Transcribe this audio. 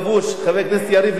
חבר הכנסת יריב לוין,